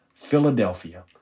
Philadelphia